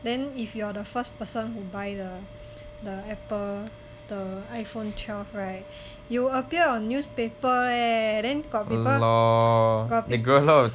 then if you are the first person who buy the the Apple the iphone twelve right you will appear on newspaper leh then got people got